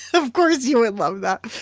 of course, you would love that.